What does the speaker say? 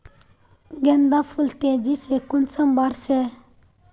गेंदा फुल तेजी से कुंसम बार से?